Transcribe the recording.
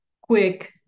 quick